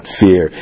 fear